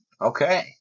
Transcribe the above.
Okay